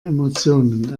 emotionen